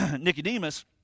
Nicodemus